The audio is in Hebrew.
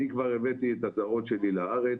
אני כבר הבאתי את הזרות שלי לארץ